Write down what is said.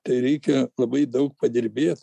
tai reikia labai daug padirbėt